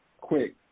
quick